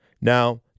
Now